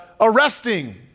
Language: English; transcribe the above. arresting